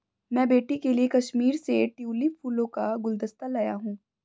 मैं बेटी के लिए कश्मीर से ट्यूलिप फूलों का गुलदस्ता लाया हुं